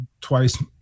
Twice